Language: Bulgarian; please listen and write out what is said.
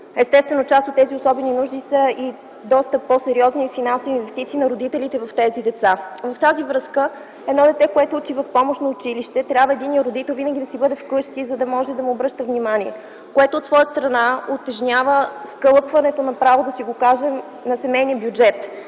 Естествено част от тези особени нужди са и доста по-сериозни финансови инвестиции на родителите в тези деца. В тази връзка при едно дете, което учи в помощно училище, трябва единият родител винаги да си бъде вкъщи, за да може да му обръща внимание, което от своя страна утежнява скалъпването, направо да си го кажем, на семейния бюджет.